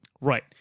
right